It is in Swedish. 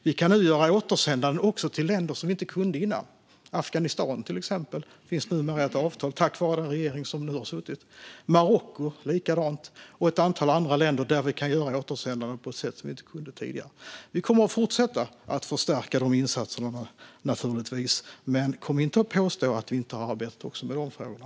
Vi kan nu också göra återsändanden till länder dit vi tidigare inte kunde göra det. Till exempel finns numera tack vare sittande regering ett avtal med Afghanistan. Det är likadant med Marocko och ett antal andra länder, dit vi nu kan göra återsändanden på ett sätt som vi inte kunde tidigare. Vi kommer naturligtvis att fortsätta att förstärka de insatserna, men kom inte och påstå att vi inte har arbetat även med de frågorna!